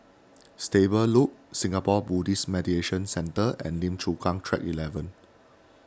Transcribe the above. Stable Loop Singapore Buddhist Meditation Centre and Lim Chu Kang Track eleven